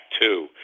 two